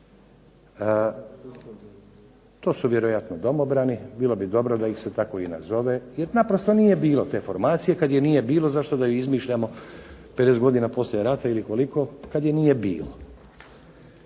To su vjerojatno domobrani, bilo bi dobro da ih se tako nazove, jer naprosto nije bilo te formacije. Kada je nije bilo, zašto da je izmišljamo 50 godina poslije rata ili koliko, kada je nije bilo.